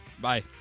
Bye